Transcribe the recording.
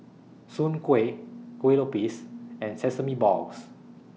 Soon Kueh Kuih Lopes and Sesame Balls